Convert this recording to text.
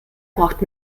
braucht